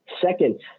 second